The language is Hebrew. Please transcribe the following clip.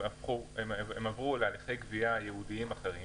הם עברו להליכי גבייה ייעודיים אחרים.